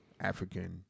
African